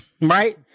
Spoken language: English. right